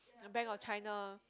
the Bank of China